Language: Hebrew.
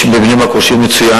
יש בבני-ברק ראש עיר מצוין,